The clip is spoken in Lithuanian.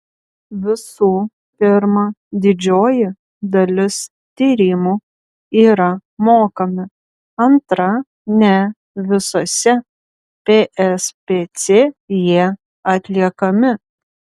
visų pirma didžioji dalis tyrimų yra mokami antra ne visose pspc jie atliekami